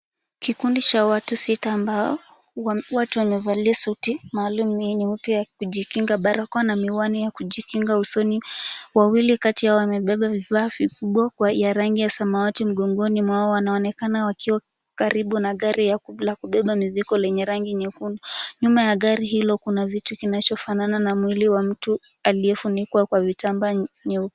Kikundi cha watu sita ambao wote wamevalia suti maalum nyeupe ya kujikinga, barakoa na miwani ya kujikinga usoni. Wawili kati yao wamebeba vifaa vikubwa vya rangi ya samawati mgongoni mwao. Wanaonekana wakiwa karibu na gari la kubeba mizigo lenye rangi nyekundu. Nyuma ya gari hilo kuna vitu kinachofanana na mwili wa mtu aliyefunikwa kwa vitamba nyeupe.